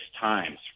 times